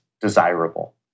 desirable